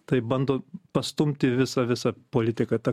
taip bando pastumti visą visą politiką ta